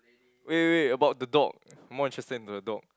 wait wait wait about the dog more interested into the dog